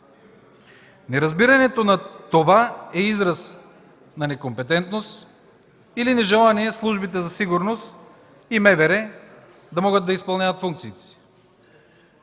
Неразбирането на това е израз на некомпетентност или нежелание службите за сигурност и МВР да могат да изпълняват функциите си.